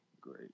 great